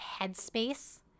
headspace